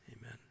amen